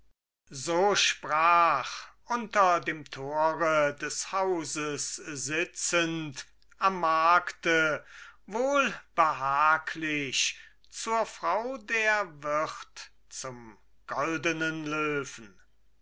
so sprach unter dem tore des hauses sitzend am markte wohlbehaglich zur frau der wirt zum goldenen löwen